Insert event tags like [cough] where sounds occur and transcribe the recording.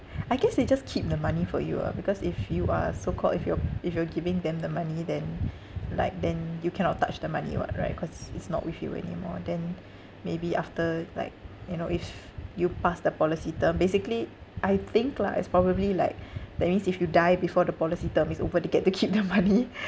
I guess they just keep the money for you ah because if you are so called if you're if you're giving them the money then like then you cannot touch the money [what] right cause it's not with you anymore then maybe after like you know if you pass the policy term basically I think lah it's probably like that means if you die before the policy term is over they get to keep [laughs] the money